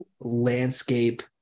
landscape